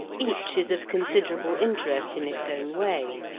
each is of considerable interest in its own way.